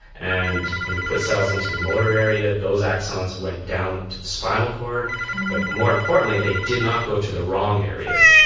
and when we put cells into the motor area those axons went down to the spinal cord but more importantly they did not go to the wrong areas.